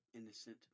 innocent